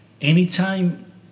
anytime